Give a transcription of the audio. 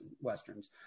westerns